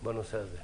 בנושא הזה.